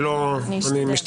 אני אשתדל.